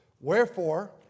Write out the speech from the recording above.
Wherefore